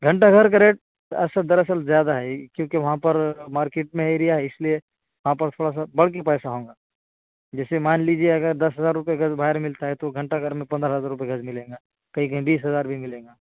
گھنٹہ گھر کا ریٹ دراصل زیادہ ہے کیوںکہ وہاں پر مارکیٹ میں ایریا ہے اس لیے آپ بس تھوڑا سا بلکہ پیسہ ہونا جیسے مان لیجیے اگر دس ہزار روپے گز باہر ملتا ہے تو گھنٹہ گھر میں پندرہ ہزار روپے گز ملیں گا کہیں کہیں بیس ہزار بھی ملیں گا